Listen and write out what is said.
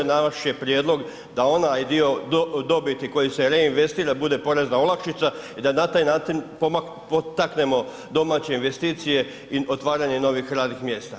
Naš je prijedlog da onaj dio dobiti koji se reinvestira bude porezna olakšica i da na taj način potaknemo domaće investicije i otvaranje novih radnih mjesta.